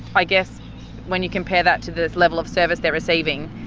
i guess when you compare that to the level of service they're receiving,